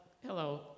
Hello